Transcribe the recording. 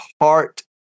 heart